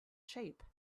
shape